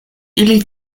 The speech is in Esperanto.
ili